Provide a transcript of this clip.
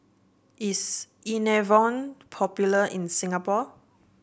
is Enervon popular in Singapore